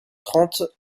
trente